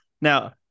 now